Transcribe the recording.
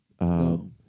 No